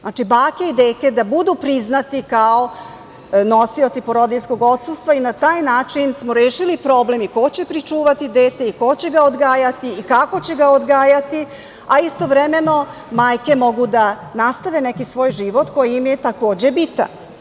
Znači, bake i deke da budu priznati kao nosioci porodiljskog odsustva i na taj način smo rešili problem i ko će pričuvati dete i ko će ga odgajati i kako će ga odgajati, a istovremeno majke mogu da nastave neki svoj život koji im je takođe bitan.